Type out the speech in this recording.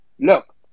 Look